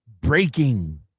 Breaking